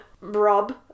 rob